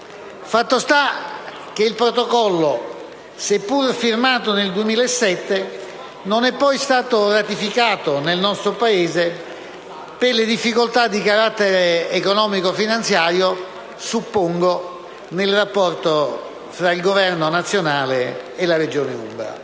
Fatto sta che il Protocollo, seppur firmato nel 2007, non è poi stato ratificato nel nostro Paese per le difficoltà di carattere economico-finanziario - suppongo - nel rapporto fra il Governo nazionale e la Regione umbra.